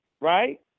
right